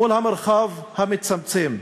מול המרחב המצמצם.